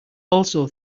also